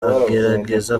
agerageza